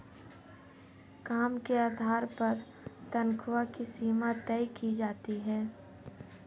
काम के आधार पर तन्ख्वाह की सीमा तय की जाती है